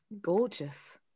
Gorgeous